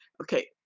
Okay